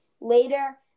Later